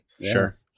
Sure